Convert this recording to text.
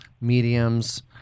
mediums